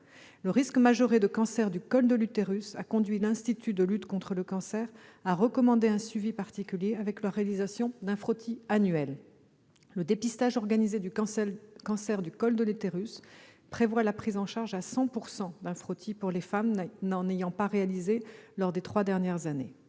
Le risque majoré de cancer du col de l'utérus a conduit l'Institut national du cancer à recommander un suivi particulier, avec la réalisation d'un frottis annuel. Le dépistage organisé du cancer du col de l'utérus prévoit la prise en charge à 100 % d'un frottis pour les femmes n'en ayant pas réalisé lors des trois dernières années.